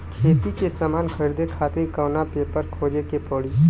खेती के समान खरीदे खातिर कवना ऐपपर खोजे के पड़ी?